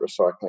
recycling